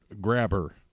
Grabber